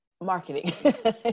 marketing